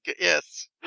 yes